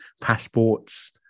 passports